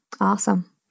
awesome